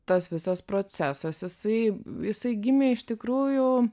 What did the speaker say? tas visas procesas jisai jisai gimė iš tikrųjų